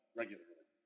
regularly